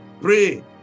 Pray